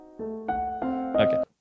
Okay